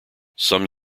some